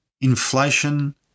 Inflation